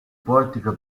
portico